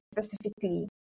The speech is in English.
specifically